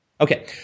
Okay